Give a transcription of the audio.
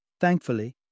Thankfully